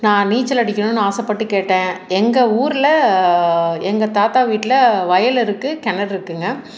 நான் நீச்சல் அடிக்கணும்னு ஆசைப்பட்டு கேட்டேன் எங்கள் ஊரில் எங்கள் தாத்தா வீட்டில வயல் இருக்குது கிணறு இருக்குதுங்க